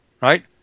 right